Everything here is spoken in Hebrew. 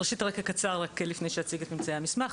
ראשית אקצר לפני שאציג את ממצאי המסמך,